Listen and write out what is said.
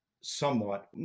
somewhat